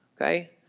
okay